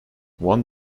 one